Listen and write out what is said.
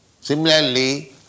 Similarly